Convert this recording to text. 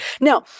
Now